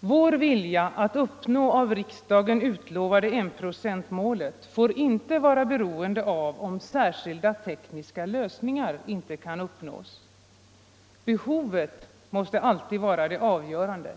Vår vilja att uppnå det av riksdagen utlovade enprocentsmålet får inte vara beroende av om särskilda tekniska lösningar inte kan uppnås. Behovet måste alltid vara det avgörande.